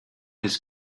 his